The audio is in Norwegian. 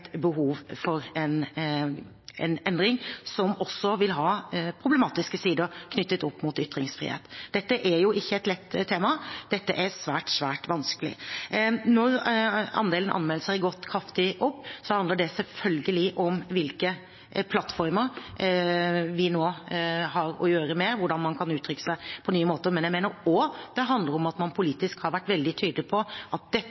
behov for en endring som også vil ha problematiske sider knyttet opp mot ytringsfriheten. Dette er ikke et lett tema. Det er svært, svært vanskelig. Når andelen anmeldelser har gått kraftig opp, handler det selvfølgelig om hvilke plattformer vi nå har å gjøre med, og hvordan man kan uttrykke seg på nye måter, men jeg mener det også handler om at man politisk har vært veldig tydelig på at dette